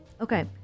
Okay